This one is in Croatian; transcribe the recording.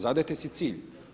Zadajte si cilj.